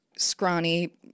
scrawny